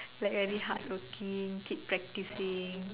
like very hardworking keep practicing